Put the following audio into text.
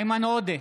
איימן עודה,